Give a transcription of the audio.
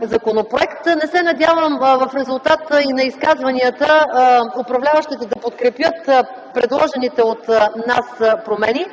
законопроект. Не се надявам, че в резултат на изказванията управляващите ще подкрепят предложените от нас промени.